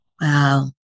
Wow